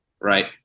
right